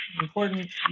Important